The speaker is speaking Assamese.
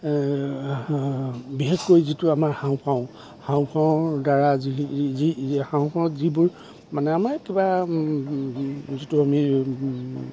বিশেষকৈ যিটো আমাৰ হাওঁফাওঁ হাওঁফাওঁৰ দ্বাৰা হাওঁফাওঁত যিবোৰ মানে আমাৰ কিবা যিটো আমি